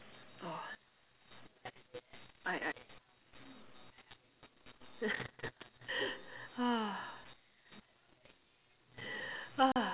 I I